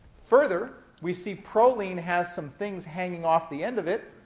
further, we see proline has some things hanging off the end of it.